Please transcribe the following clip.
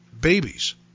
babies